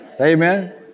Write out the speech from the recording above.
Amen